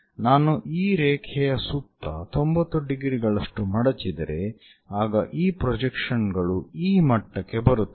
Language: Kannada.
ನಾನು ಈ ರೇಖೆಯ ಸುತ್ತ 90 ಡಿಗ್ರಿಗಳಷ್ಟು ಮಡಚಿದರೆ ಆಗ ಈ ಪ್ರೊಜೆಕ್ಷನ್ ಗಳು ಈ ಮಟ್ಟಕ್ಕೆ ಬರುತ್ತದೆ